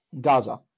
Gaza